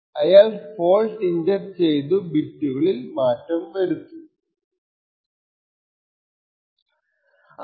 അയാൾ fault inject ചെയ്തു ബിറ്റുകളിൽ മാറ്റം വരുത്താം